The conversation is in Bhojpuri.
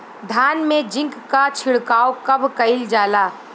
धान में जिंक क छिड़काव कब कइल जाला?